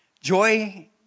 Joy